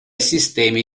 sistemi